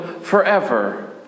forever